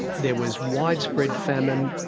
there was widespread famine.